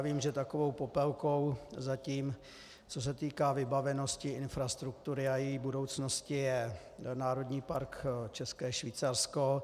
Vím, že takovou popelkou zatím, co se týká vybavenosti, infrastruktury a její budoucnosti, je Národní park České Švýcarsko.